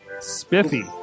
Spiffy